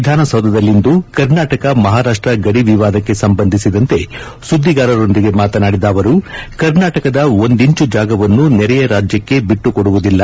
ವಿಧಾನಸೌಧದಲ್ಲಿಂದು ಕರ್ನಾಟಕ ಮಹಾರಾಷ್ಟ ಗಡಿ ವಿವಾದಕ್ಕೆ ಸಂಬಂಧಿಸಿದಂತೆ ಸುದ್ಗಿಗಾರರೊಂದಿಗೆ ಮಾತನಾಡಿದ ಅವರು ಕರ್ನಾಟಕದ ಒಂದಿಚು ಜಾಗವನ್ನೂ ನೆರೆಯ ರಾಜ್ಯಕ್ಕೆ ಬಿಟ್ಟುಕೊಡುವುದಿಲ್ಲ